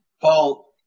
Paul